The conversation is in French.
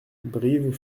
brives